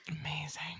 Amazing